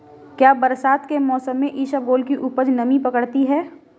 क्या बरसात के मौसम में इसबगोल की उपज नमी पकड़ती है?